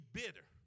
bitter